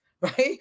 right